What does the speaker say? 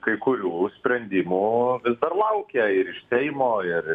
kai kurių sprendimų dar laukia ir iš seimo ir